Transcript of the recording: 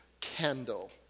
candle